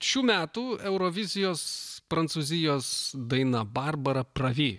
šių metų eurovizijos prancūzijos daina barbara pravi